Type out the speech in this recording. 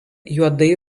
juodai